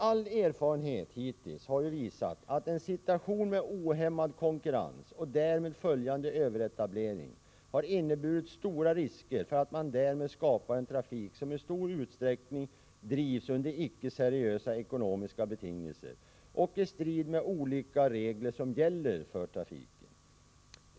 All erfarenhet har hittills visat att en situation med ohämmad konkurrens, och därmed följande överetablering, har inneburit stora risker att en trafik skapas som i stor utsträckning drivs under icke seriösa ekonomiska betingelser och i strid med olika regler som gäller för trafiken.